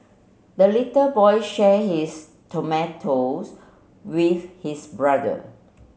the little boy share his tomatoes with his brother